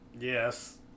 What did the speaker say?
Yes